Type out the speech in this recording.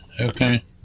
Okay